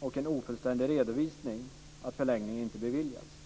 och på en ofullständig redovisning att förlängning inte beviljats?